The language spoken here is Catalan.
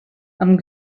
amb